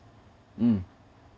mm